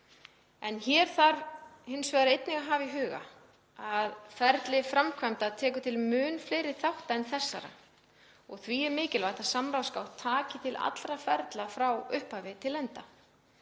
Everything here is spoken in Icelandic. Hér þarf hins vegar einnig að hafa í huga að ferli framkvæmda tekur til mun fleiri þátta en þessara og því er mikilvægt að samráðsgátt taki til allra ferla frá upphafi til enda.